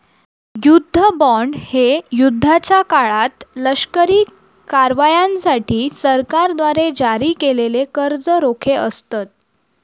युद्ध बॉण्ड हे युद्धाच्या काळात लष्करी कारवायांसाठी सरकारद्वारे जारी केलेले कर्ज रोखे असतत